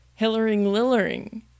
hillering-lillering